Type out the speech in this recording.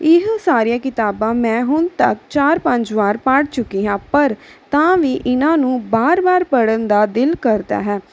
ਇਹ ਸਾਰੀਆਂ ਕਿਤਾਬਾਂ ਮੈਂ ਹੁਣ ਤੱਕ ਚਾਰ ਪੰਜ ਵਾਰ ਪੜ੍ਹ ਚੁੱਕੀ ਹਾਂ ਪਰ ਤਾਂ ਵੀ ਇਹਨਾਂ ਨੂੰ ਵਾਰ ਵਾਰ ਪੜ੍ਹਨ ਦਾ ਦਿਲ ਕਰਦਾ ਹੈ